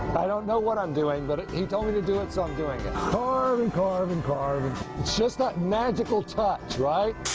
i don't know what i'm doing but he told me to do it, so i'm doing it. carve and carve and carve. and it's just that magical touch, right?